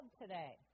today